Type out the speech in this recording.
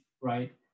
right